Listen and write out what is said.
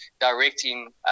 directing